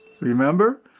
Remember